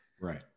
Right